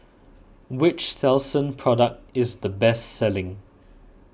which Selsun product is the best selling